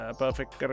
perfect